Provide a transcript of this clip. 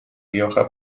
rioja